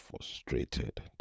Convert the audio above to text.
frustrated